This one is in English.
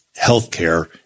healthcare